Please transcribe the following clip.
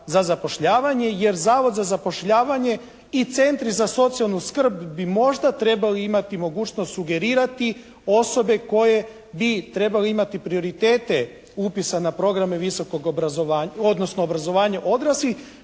za zapošljavanje jer Zavod za zapošljavanje i Centri za socijalnu skrb bi možda trebali imati mogućnost sugerirati osobe koje bi trebale imati prioritete upisa na programe visokog obrazovanja odnosno obrazovanje odraslih